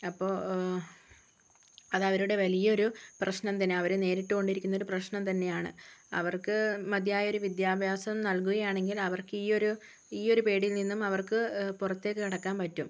അപ്പോള് അതവരുടെ വലിയൊരു പ്രശ്നം തന്നെയാണ് അവര് നേരിട്ടുകൊണ്ടിരിക്കുന്നൊരു പ്രശ്നം തന്നെയാണ് അവർക്ക് മതിയായൊരു വിദ്യാഭ്യാസം നൽകുകയാണെങ്കിൽ അവർക്ക് ഈയൊരു ഈയൊരു പേടിയിൽ നിന്നും അവർക്ക് പുറത്തേക്ക് കടക്കാന് പറ്റും